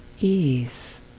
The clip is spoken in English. ease